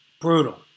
Brutal